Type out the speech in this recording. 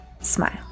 Smile